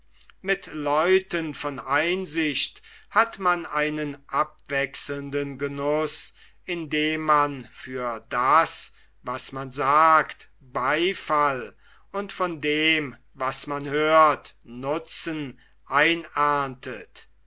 mit leuten von einsicht hat man einen abwechselnden genuß indem man für das was man sagt beifall und von dem was man hört nutzen